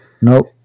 nope